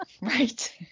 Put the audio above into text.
right